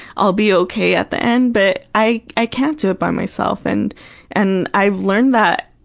i'll be okay at the end, but i i can't do it by myself. and and i've learned that,